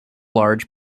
large